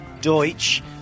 Deutsch